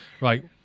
Right